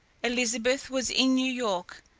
elizabeth was in new york,